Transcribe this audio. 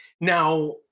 Now